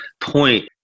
point